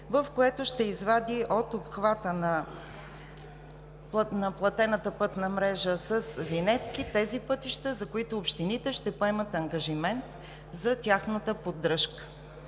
в което ще извади от обхвата на платената пътна мрежа с винетки тези пътища, за които общините ще поемат ангажимент за тяхната поддръжка